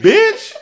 Bitch